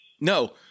no